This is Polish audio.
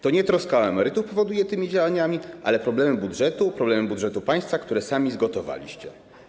To nie troska o emerytów powoduje tymi działaniami, ale problemy budżetu, problemy budżetu państwa, które sami zgotowaliście”